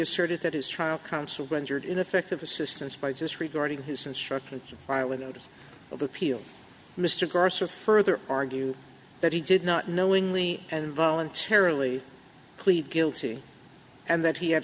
asserted that his trial counsel rendered ineffective assistance by disregarding his instructions by with notice of appeal mr grocer further argue that he did not knowingly and voluntarily plead guilty and that he had